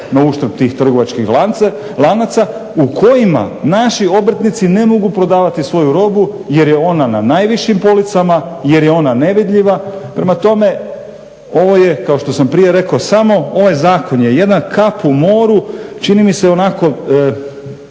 u kojima naši obrtnici ne mogu prodavati svoju robu jer je ona na najvišim policama, jer je ona nevidljiva. Prema tome, ovo je kao što sam prije rekao samo, ovaj zakon, je jedna kap u moru čini mi se onako